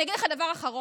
אני אגיד לך דבר אחרון,